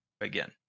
again